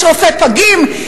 יש רופאי פגים,